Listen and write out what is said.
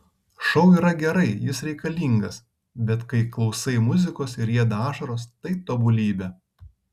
šou yra gerai jis reikalingas bet kai klausai muzikos ir rieda ašaros tai tobulybė